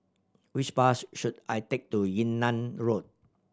which bus should I take to Yunnan Road